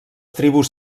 tribus